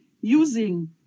using